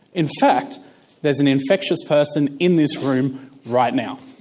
in fact there's an infectious person in this room right now.